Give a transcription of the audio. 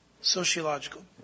Sociological